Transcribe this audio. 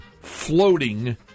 floating